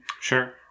Sure